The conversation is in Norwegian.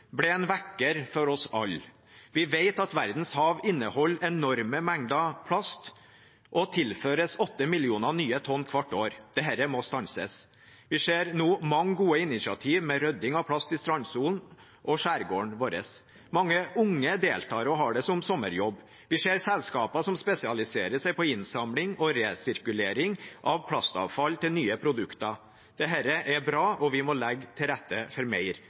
ble en vekker for oss alle, og vi vet at verdens hav inneholder enorme mengder plast og tilføres åtte millioner nye tonn hvert år. Dette må stanses. Vi ser nå mange gode initiativ med rydding av plast i strandsonen og skjærgården vår. Mange unge deltar og har det som sommerjobb. Vi ser selskaper som spesialiserer seg på innsamling og resirkulering av plastavfall til nye produkter. Dette er bra, og vi må legge til rette for mer